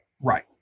Right